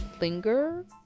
linger